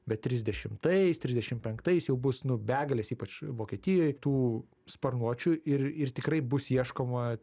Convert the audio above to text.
bet trisdešimtais trisdešim penktais jau bus nu begalės ypač vokietijoj tų sparnuočių ir ir tikrai bus ieškoma